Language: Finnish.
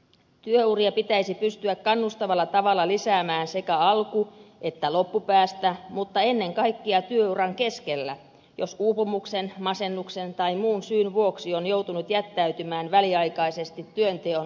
työuria pitäisi pystyä kannustavalla tavalla lisäämään sekä alku että loppupäästä mutta ennen kaikkea työuran keskellä jos uupumuksen masennuksen tai muun syyn vuoksi on joutunut jättäytymään väliaikaisesti työnteon ulkopuolelle